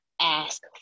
Ask